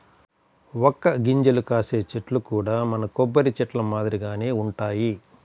వక్క గింజలు కాసే చెట్లు కూడా మన కొబ్బరి చెట్లు మాదిరిగానే వుంటయ్యి